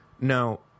No